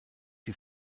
die